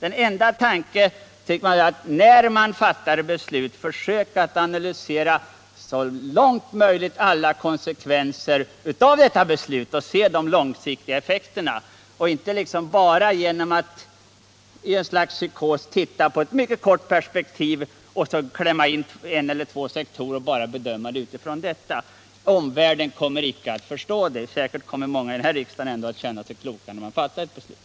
Men när man fattar beslut bör man tänka på att så långt möjligt analysera alla konsekvenser av beslutet och se till de långsiktiga effekterna. Man bör inte bara i ett slags psykos titta på en sak i ett mycket kort perspektiv, kanske ”klämma åt” en eller två sektorer och bedöma det hela enbart från de sektorerna. Omvärlden kommer inte att förstå det!